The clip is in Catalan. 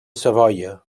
savoia